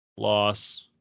Loss